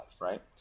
right